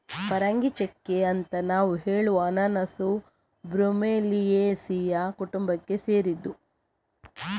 ಪರಂಗಿಚೆಕ್ಕೆ ಅಂತ ನಾವು ಹೇಳುವ ಅನನಾಸು ಬ್ರೋಮೆಲಿಯೇಸಿಯ ಕುಟುಂಬಕ್ಕೆ ಸೇರಿದ್ದು